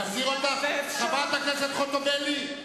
חברת הכנסת חוטובלי,